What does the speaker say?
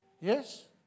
Yes